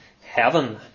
heaven